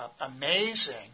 amazing